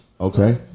Okay